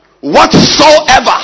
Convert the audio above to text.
Whatsoever